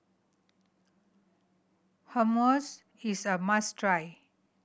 hummus is a must try